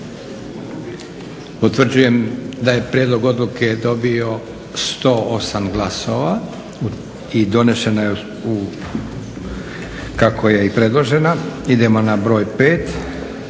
Utvrđujem da je jednoglasno sa 108 glasova i donešena kako je predložio Odbor. Idemo na broj 5.